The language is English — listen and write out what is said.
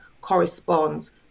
corresponds